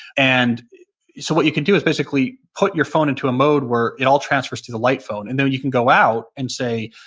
and so what you can do is basically put your phone into a mode where it all transfers to the light phone. and then, you can go out and say,